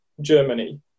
Germany